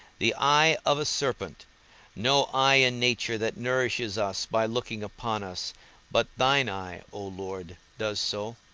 the eye of a serpent no eye in nature that nourishes us by looking upon us but thine eye, o lord, does so.